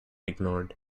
ignored